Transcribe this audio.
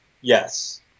Yes